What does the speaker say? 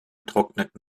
trocknet